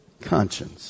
conscience